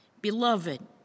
Beloved